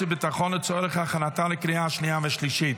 והביטחון לצורך הכנתה לקריאה השנייה והשלישית.